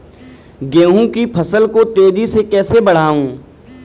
गेहूँ की फसल को तेजी से कैसे बढ़ाऊँ?